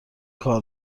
کار